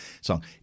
song